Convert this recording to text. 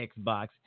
Xbox